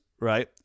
right